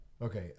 Okay